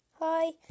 Hi